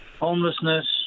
homelessness